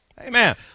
Amen